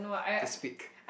to speak